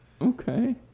Okay